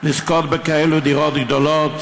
לזכות בכאלה דירות גדולות,